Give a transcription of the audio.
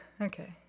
Okay